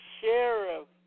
sheriff